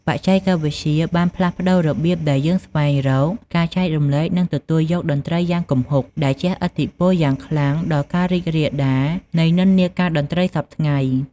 បច្ចេកវិទ្យាបានផ្លាស់ប្ដូររបៀបដែលយើងស្វែងរក ការចែករំលែក និងទទួលយកតន្ត្រីយ៉ាងគំហុក ដែលជះឥទ្ធិពលយ៉ាងខ្លាំងដល់ការរីករាលដាលនៃនិន្នាការតន្ត្រីសព្វថ្ងៃ។